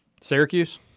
Syracuse